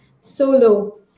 solo